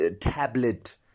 tablet